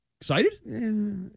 Excited